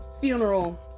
funeral